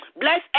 Bless